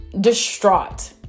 distraught